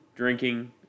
drinking